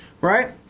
Right